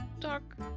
talk